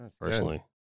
personally